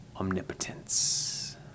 omnipotence